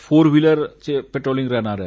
four व्हिलरचे patrolling राहणार आहे